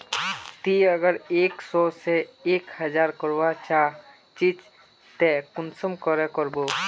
ती अगर एक सो से एक हजार करवा चाँ चची ते कुंसम करे करबो?